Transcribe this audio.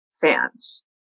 fans